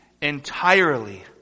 entirely